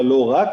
אבל לא רק,